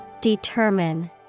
Determine